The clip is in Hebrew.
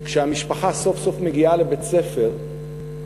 כשהמשפחה סוף-סוף מגיעה לבית-הספר,